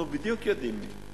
אנחנו בדיוק יודעים.